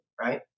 Right